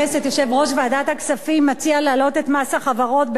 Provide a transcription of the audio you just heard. יושב-ראש ועדת הכספים מציע להעלות את מס החברות ב-1%.